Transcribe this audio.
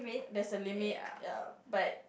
there's a limit ya but